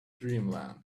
dreamland